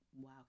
wow